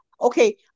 okay